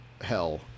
hell